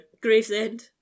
Gravesend